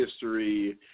history